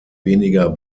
weniger